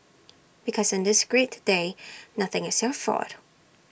because on this great day nothing is your fault